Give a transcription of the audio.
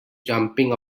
jumping